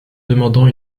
demandant